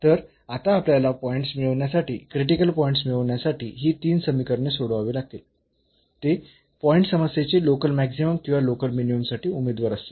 तर आता आपल्याला पॉईंट्स मिळविण्यासाठी क्रिटिकल पॉईंट्स मिळविण्यासाठी ही तीन समीकरणे सोडवावी लागतील आणि ते पॉईंट्स समस्येचे लोकल मॅक्सिमम किंवा लोकल मिनिमम साठी उमेदवार असतील